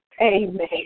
Amen